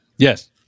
yes